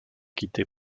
quitté